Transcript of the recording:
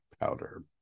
powder